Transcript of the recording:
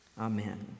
Amen